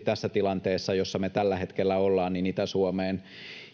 tässä tilanteessa, jossa me tällä hetkellä ollaan, Itä-Suomeen